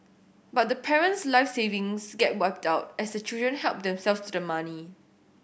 but the parent's life savings get wiped out as the children help themselves to the money